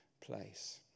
place